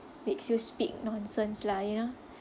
makes you speak nonsense lah you know